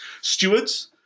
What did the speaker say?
stewards